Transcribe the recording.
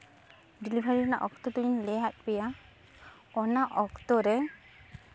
delivery ᱨᱮᱱᱟᱜ ᱚᱠᱛᱚ ᱫᱚᱹᱧ ᱞᱟᱹᱭᱟᱜ ᱯᱮᱭᱟ ᱚᱱᱟ ᱚᱠᱛᱚ ᱨᱮ